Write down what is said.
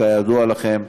כידוע לכם,